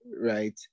Right